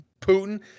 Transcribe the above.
Putin